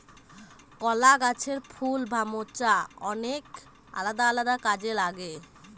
কলা গাছের ফুল বা মোচা অনেক আলাদা আলাদা কাজে লাগে